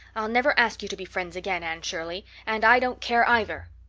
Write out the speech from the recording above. i'll never ask you to be friends again, anne shirley. and i don't care either!